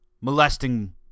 molesting